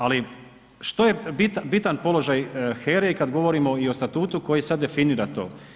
Ali što je bitan položaj HERA-e i kad govorimo i o Statutu koji sad definira to?